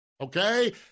okay